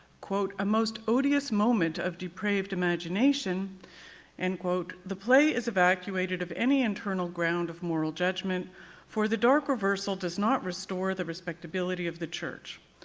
a most odious moment of depraved imagination and the play is evacuated of any internal ground of moral judgment for the dark reversal does not restore the respectability of the church.